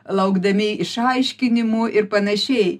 laukdami išaiškinimų ir panašiai